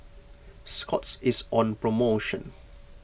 Scott's is on promotion